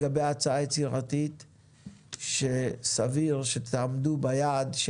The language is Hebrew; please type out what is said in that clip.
לגבי ההצעה היצירתית שסביר שתעמדו ביעד,